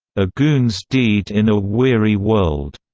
a goon's deed in a weary world.